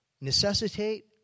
necessitate